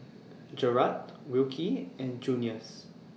Jerrad Wilkie and Junious